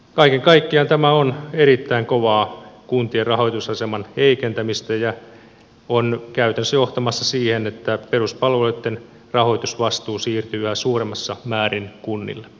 kaiken kaikkiaan tämä on erittäin kovaa kuntien rahoitusaseman heikentämistä ja on käytännössä johtamassa siihen että peruspalveluitten rahoitusvastuu siirtyy yhä suuremmassa määrin kunnille